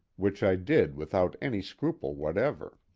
which i did without any scruple whatever.